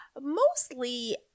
mostly